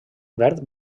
verd